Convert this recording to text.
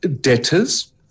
debtors